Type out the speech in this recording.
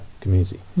community